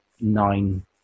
nine